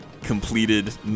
completed